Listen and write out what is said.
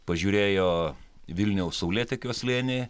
pažiūrėjo vilniaus saulėtekio slėnį